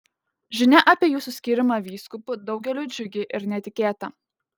žinia apie jūsų skyrimą vyskupu daugeliui džiugi ir netikėta